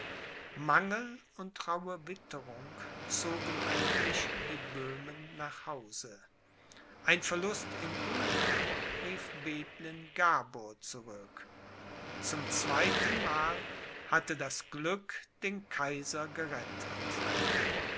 mangel und rauhe witterung zogen endlich die böhmen nach hause ein verlust in ungarn rief bethlen gabor zurück zum zweitenmal hatte das glück den kaiser gerettet